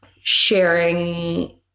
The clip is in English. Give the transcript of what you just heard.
sharing